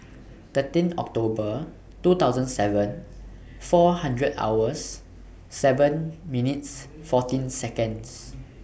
thirteen October two thousand seven four hundred hours seven minutes fourteen Seconds